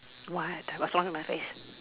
what what's wrong with my face